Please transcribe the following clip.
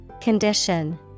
Condition